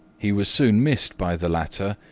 he was soon missed by the latter,